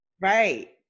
right